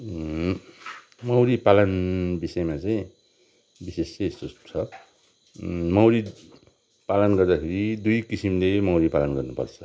मौरी पालन विषयमा चाहिँ विशेष चाहिँ यस्तो छ मौरी पालन गर्दाखेरि दुई किसिमले मौरी पालन गर्नुपर्छ